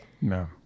no